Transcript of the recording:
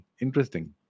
Interesting